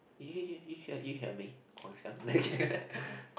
you you you you hear you hear me Guang-Xiang